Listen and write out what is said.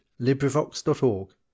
Librivox.org